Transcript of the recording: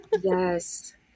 yes